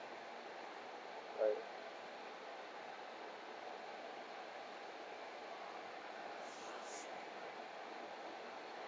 bye